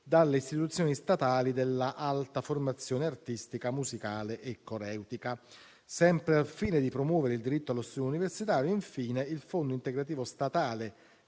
dalle istituzioni statali dell'alta formazione artistica, musicale e coreutica. Sempre al fine di promuovere il diritto allo studio universitario, infine, il fondo integrativo statale